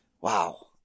Wow